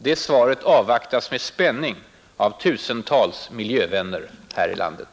Det svaret avvaktas med spänning av tusentals miljövänner här i landet.